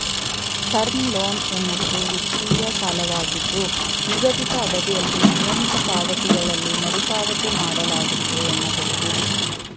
term loan ಎನ್ನುವುದು ವಿತ್ತೀಯ ಸಾಲವಾಗಿದ್ದು ನಿಗದಿತ ಅವಧಿಯಲ್ಲಿ ನಿಯಮಿತ ಪಾವತಿಗಳಲ್ಲಿ ಮರುಪಾವತಿ ಮಾಡಲಾಗುತ್ತೆ ಎನ್ನಬಹುದು